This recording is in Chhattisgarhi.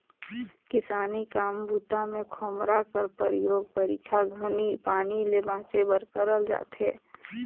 किसानी काम बूता मे खोम्हरा कर परियोग बरिखा घनी पानी ले बाचे बर करल जाथे